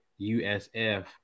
USF